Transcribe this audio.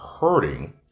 hurting